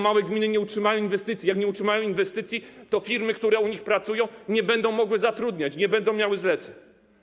Małe gminy nie utrzymają inwestycji, a jak nie utrzymają inwestycji, to firmy, które tam pracują, nie będą mogły zatrudniać, bo nie będą miały zleceń.